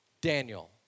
Daniel